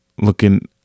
looking